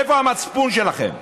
איפה המצפון שלכם?